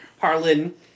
Harlan